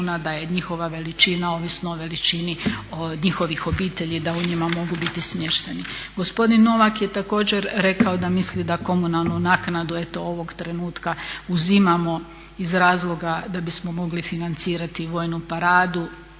da je njihova veličina ovisno o veličini njihovih obitelji da u njima mogu biti smješteni. Gospodin Novak je također rekao da misli da komunalnu naknadu eto ovog trenutka uzimamo iz razloga da bismo mogli financirati vojnu paradu,